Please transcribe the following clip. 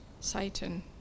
Satan